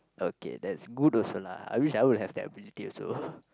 okay that's good also lah I wish I would have that ability also